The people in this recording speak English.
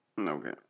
Okay